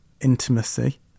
intimacy